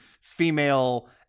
female